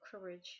courage